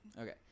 Okay